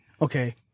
okay